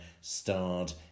starred